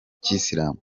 kiyisilamu